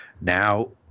now